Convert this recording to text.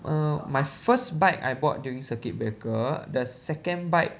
err my first bike I bought during circuit breaker the second bike